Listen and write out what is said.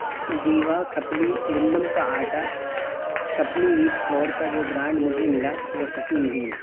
جیوا کھپلی گندم کا آٹا کھپلی ویٹ فلور کا جو برانڈ مجھے ملا وہ صحیح نہیں ہے